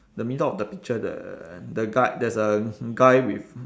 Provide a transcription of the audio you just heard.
the middle of the picture the the guy there's a guy with